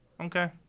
Okay